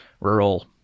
rural